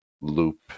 loop